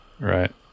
Right